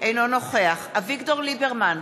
אינו נוכח אביגדור ליברמן,